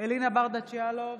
אלינה ברדץ' יאלוב,